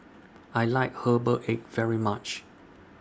I like Herbal Egg very much